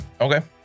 Okay